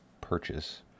purchase